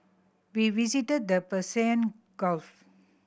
we visited the Persian Gulf